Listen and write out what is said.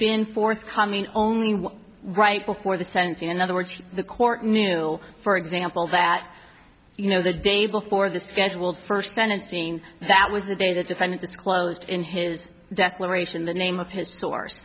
been forthcoming only right before the sentencing in other words he the court knew for example that you know the day before the scheduled first sentencing that was the day the defendant disclosed in his declaration the name of his sour